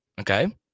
Okay